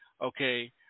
okay